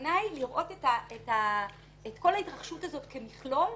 הכוונה היא לראות את כל ההתרחשות הזאת כמכלול,